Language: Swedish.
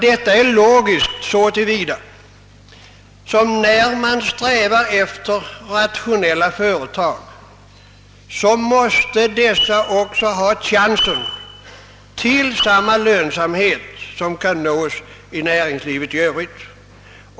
Detta är riktigt så till vida att man, när man strävar efter rationella jordbruksföretag, också måste ge dessa chansen. till samma lönsamhet som kan nås inom näringslivet i övrigt.